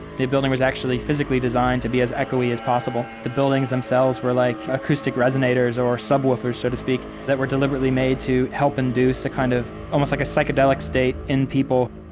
building was actually physically designed to be as echo-y as possible. the building themselves were like acoustic resonators or subwoofers, so to speak, that were deliberately made to help induce a kind of, almost like a psychedelic state in people.